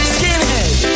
Skinhead